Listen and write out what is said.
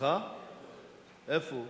איפה הוא,